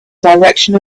direction